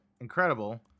incredible